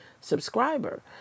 subscriber